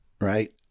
right